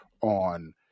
on